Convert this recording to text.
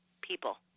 people